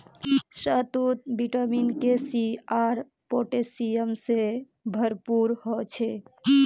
शहतूत vitamin K, C आर potassium से भरपूर ह छे